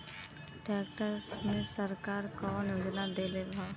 Tractor मे सरकार कवन योजना देले हैं?